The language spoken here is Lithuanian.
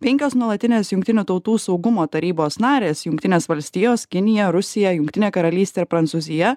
penkios nuolatinės jungtinių tautų saugumo tarybos narės jungtinės valstijos kinija rusija jungtinė karalystė ir prancūzija